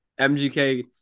MGK